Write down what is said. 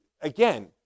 again